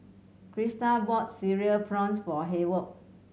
Krystal bought Cereal Prawns for Hayward